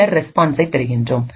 பின்னர் ரெஸ்பான்ஸை பெறுகின்றோம்